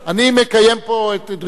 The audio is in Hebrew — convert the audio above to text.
אני מקיים פה את דרישתך.